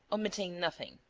omitting nothing.